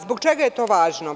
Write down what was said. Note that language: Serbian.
Zbog čega je to važno?